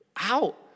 out